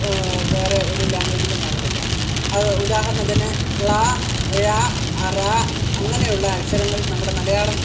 വേറെ ഒരു ലാംഗ്വേജിലും കാണത്തില്ല അത് ഉദാഹരണത്തിന് ള ഴ റ അങ്ങനെയുള്ള അക്ഷരങ്ങൾ നമ്മുടെ മലയാളം